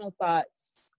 thoughts